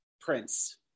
Prince